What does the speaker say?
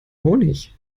honig